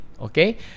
okay